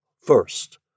first